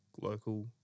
local